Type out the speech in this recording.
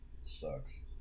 sucks